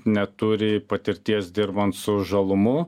neturi patirties dirbant su žalumu